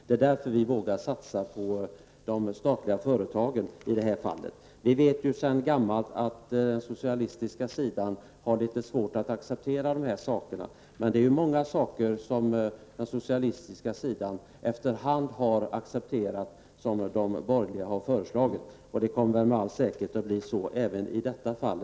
Det är därför vi i detta fall vågar satsa på de statliga företagen. Vi vet ju sedan gammalt att den socialistiska sidan har litet svårt att acceptera dessa saker, men det är många som de borgerliga föreslag som den socialistiska sidan efter hand har accepterat. Det kommer med all säkerhet att bli så även i detta fall.